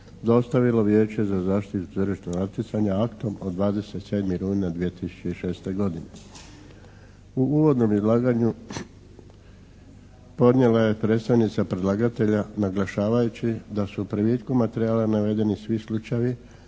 dostavilo Vijeće za zaštitu tržišnog natjecanja aktom od 27. rujna 2006. godine. U uvodnom izlaganju podnijela je predstavnica predlagatelja, naglašavajući da su u privitku materijala navedeni svi slučajevi